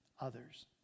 others